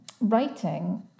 writing